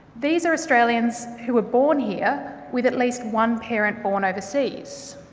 these are australians who were born here with at least one parent born overseas.